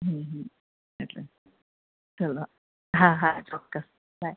હમ હમ એટલે હા હા ચોક્કસ બાય